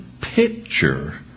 picture